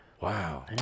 Wow